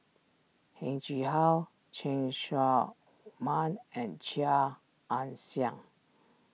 Heng Chee How Cheng Tsang Man and Chia Ann Siang